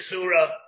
Surah